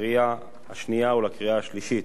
לקריאה השנייה ולקריאה השלישית.